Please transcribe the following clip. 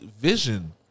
vision